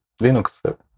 Linux